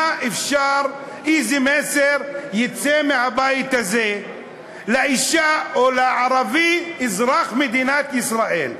איזה מסר יצא מהבית הזה לאישה או לערבי אזרח מדינת ישראל,